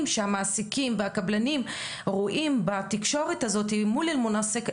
שהמעסיקים והקבלנים רואים בתקשורת הזו מול אל-מונסק,